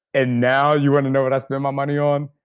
and now you want to know what i spend my money on?